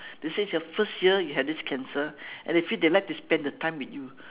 they said it's your first year you have this cancer and they feel they would like to spend the time with you